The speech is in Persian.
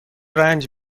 رنج